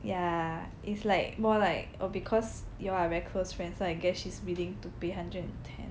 ya is like more like oh because you all are very close friends so I guess she's willing to pay hundred and ten